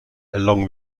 along